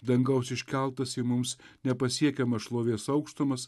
dangaus iškeltas į mums nepasiekiamas šlovės aukštumas